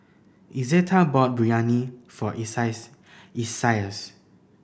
Izetta bought Biryani for Isaias